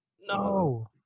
No